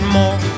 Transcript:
more